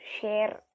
share